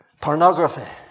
Pornography